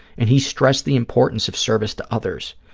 and he stressed the importance of service to others.